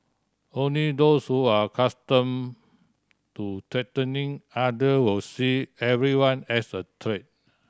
only those who are accustomed to threatening other will see everyone as a threat